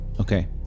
Okay